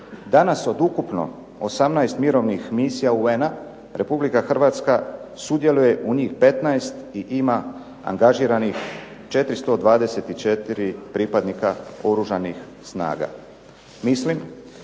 Danas od ukupno 18 mirovnih misija UN-a Republika Hrvatska sudjeluje u njih 15 i ima angažiranih 424 pripadnika oružanih snaga. Mislim